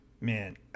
man